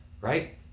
right